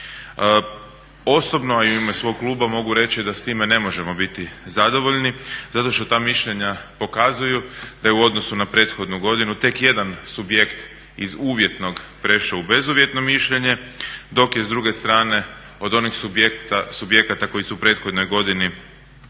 Osobno a u ime svog kluba mogu reći da s time ne možemo biti zadovoljni, zato što ta mišljenja pokazuju da je u odnosu na prethodnu godinu tek jedan subjekt iz uvjetnog prešao u bezuvjetno mišljenje, dok je s druge strane od onih subjekata koji su u prethodnoj godini